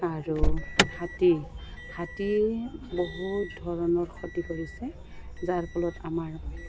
আৰু হাতী হাতী বহুত ধৰণৰ ক্ষতি কৰিছে যাৰ ফলত আমাৰ